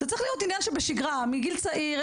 זה צריך להיות עניין שבשגרה מגיל צעיר.